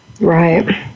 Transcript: Right